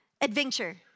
adventure